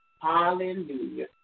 Hallelujah